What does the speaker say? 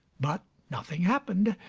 but nothing happened,